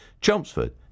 Chelmsford